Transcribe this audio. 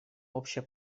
общее